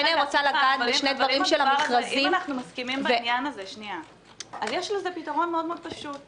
אם אנחנו מסכימים בעניין הזה אז יש לזה פתרון פשוט מאוד.